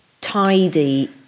tidy